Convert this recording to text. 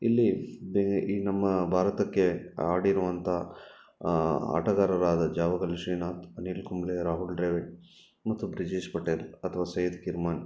ಇಲ್ಲಿ ಬೇ ಈ ನಮ್ಮ ಭಾರತಕ್ಕೆ ಆಡಿರುವಂಥ ಆಟಗಾರರಾದ ಜಾವಗಲ್ ಶ್ರೀನಾಥ್ ಅನಿಲ್ ಕುಂಬ್ಳೆ ರಾಹುಲ್ ಡ್ರಾವಿಡ್ ಮತ್ತು ಬ್ರಿಜೇಶ್ ಪಟೇಲ್ ಅಥ್ವಾ ಸೈಯದ್ ಕಿರ್ಮಾನ್